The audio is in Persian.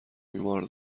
بیمار